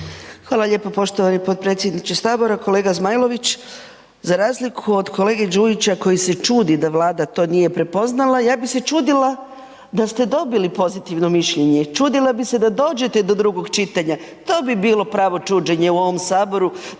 Hvala lijepo poštovani potpredsjedniče Sabora. Kolega Zmajlović, za razliku od kolege Đujića koji se čudi da Vlada to nije prepoznala, ja bi se čudila da ste dobili pozitivno mišljenje, čudila bi se da dođete do drugog čitanja, to bi bilo pravo čuđenje u ovom Saboru